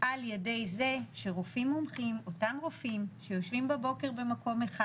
על ידי זה שרופאים מומחים אותם רופאים שיושבים בבוקר במקום אחד